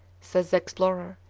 says the explorer,